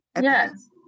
Yes